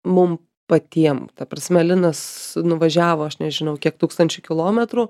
mum patie ta prasme linas nuvažiavo aš nežinau kiek tūkstančių kilometrų